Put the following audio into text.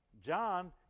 John